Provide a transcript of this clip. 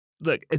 look